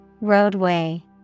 Roadway